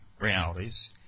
realities